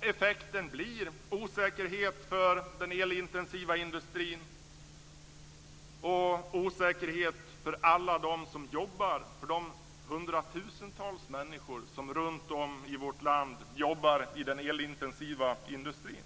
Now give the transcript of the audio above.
Effekten blir osäkerhet för den elintensiva industrin och osäkerhet för de hundratusentals människor som runtom i vårt land jobbar i den elintensiva industrin.